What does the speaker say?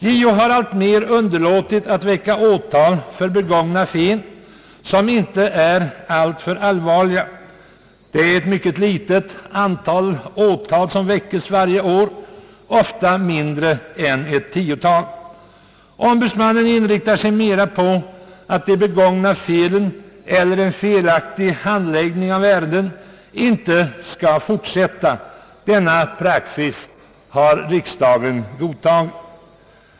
JO har alltmer underlåtit att väcka åtal för begångna fel som inte är alltför allvarliga. Ett mycket litet antal åtal väckes varje år, ofta mindre än ett tiotal. Ombudsmannen inriktar sig mera på att de begångna felen eller en felaktig handläggning av ärenden inte skall upprepas. Denna praxis har riksdagen godtagit.